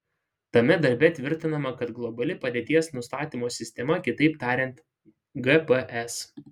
tame darbe tvirtinama kad globali padėties nustatymo sistema kitaip tariant gps